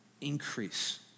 increase